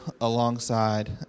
alongside